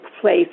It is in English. place